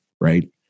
right